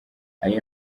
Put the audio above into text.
ayo